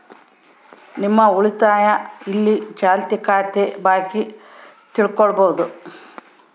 ನಿಮ್ಮ ಉಳಿತಾಯ ಇಲ್ಲ ಚಾಲ್ತಿ ಖಾತೆ ಬಾಕಿ ತಿಳ್ಕಂಬದು